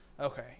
Okay